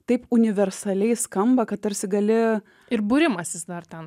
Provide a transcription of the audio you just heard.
taip universaliai skamba kad tarsi gali ir būrimasis dar ten